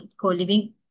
co-living